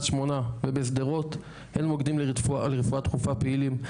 שמונה ובשדרות אין מוקדם לרפואה דחופה פעילים,